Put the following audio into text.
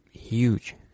huge